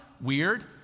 weird